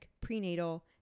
prenatal